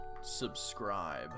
Subscribe